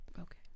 Okay